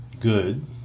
good